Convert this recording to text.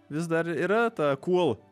vis dar yra ta kul